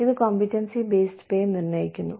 ഇത് competency based pay നിർണ്ണയിക്കുന്നു